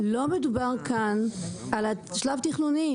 לא מדובר כאן על שלב תכנוני,